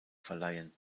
verleihen